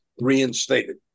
reinstated